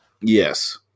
Yes